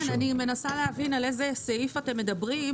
כן, אני מנסה להבין על איזה סעיף אתם מדברים.